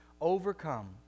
overcome